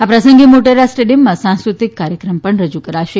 આ પ્રસંગે મોટેરા સ્ટેડિયમમાં સાંસ્કૃતિક કાર્યક્રમ પણ રજૂ કરાશે